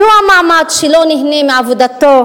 והוא המעמד שלא נהנה מעבודתו